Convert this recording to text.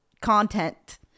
content